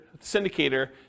syndicator